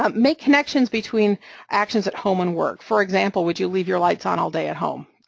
um make connections between actions at home and work, for example, would you leave your lights on all day at home?